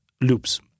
loops